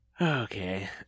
Okay